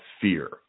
fear